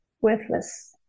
worthless